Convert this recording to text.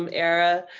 um era.